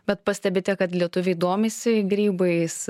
bet pastebite kad lietuviai domisi grybais